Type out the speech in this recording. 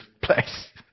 place